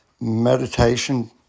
meditation